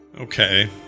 Okay